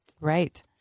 Right